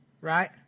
right